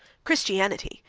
christianity,